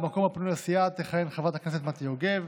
במקום הפנוי לסיעה תכהן חברת הכנסת מטי יוגב,